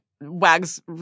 Wags